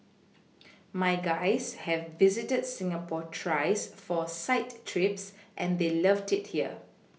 my guys have visited Singapore thrice for site trips and they loved it here